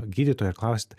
gydytoją klausti